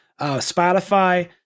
Spotify